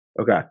Okay